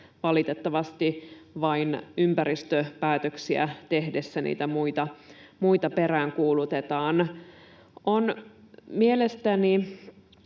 valitettavasti vain ympäristöpäätöksiä tehdessä niitä muita peräänkuulutetaan. On mielestäni